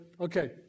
okay